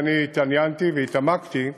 ואני התעניינתי והתעמקתי,